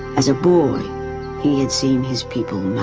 as a boy he had seen his people